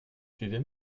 suivez